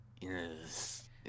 yes